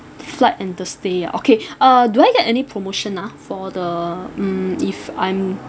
flight and the stay ah okay uh do I get any promotion ah for the mm if I'm